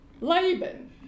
Laban